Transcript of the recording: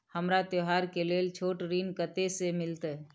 हमरा त्योहार के लेल छोट ऋण कते से मिलते?